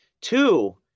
Two